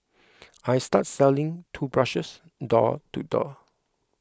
I started selling toothbrushes door to door